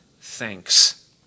thanks